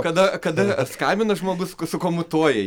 kada kada skambina žmogus sukomutuoja